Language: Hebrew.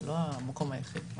זה לא המקום היחיד.